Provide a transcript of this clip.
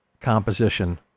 composition